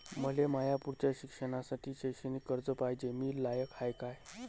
मले माया पुढच्या शिक्षणासाठी शैक्षणिक कर्ज पायजे, मी लायक हाय का?